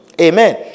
Amen